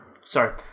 Sorry